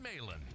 Malin